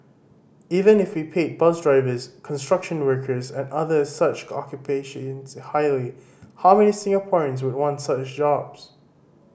even if we paid bus drivers construction workers and other such occupations highly how many Singaporeans would want such jobs